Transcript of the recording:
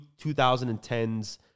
2010s